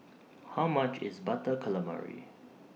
How much IS Butter Calamari